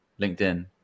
linkedin